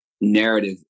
narrative